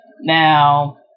Now